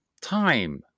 time